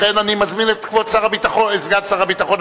אני מזמין את כבוד סגן שר הביטחון,